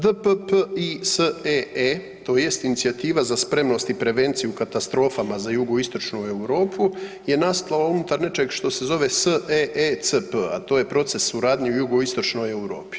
DPPISEE tj. inicijativa za spremnost i prevenciju u katastrofama za Jugoistočnu Europu je nastala unutar nečeg što se zove SEECP, a to je proces suradnje u Jugoistočnoj Europi.